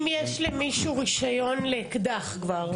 אם יש למישהו רישיון לאקדח כבר,